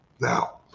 now